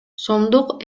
сомдук